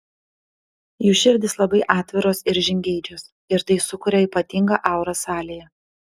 jų širdys labai atviros ir žingeidžios ir tai sukuria ypatingą aurą salėje